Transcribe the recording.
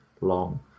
long